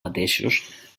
mateixos